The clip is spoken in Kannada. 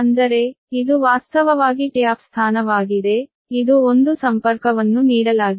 ಅಂದರೆ ಇದು ವಾಸ್ತವವಾಗಿ ಟ್ಯಾಪ್ ಸ್ಥಾನವಾಗಿದೆ ಇದು ಒಂದು ಸಂಪರ್ಕವನ್ನು ನೀಡಲಾಗಿದೆ